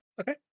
Okay